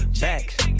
back